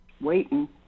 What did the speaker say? waiting